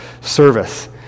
service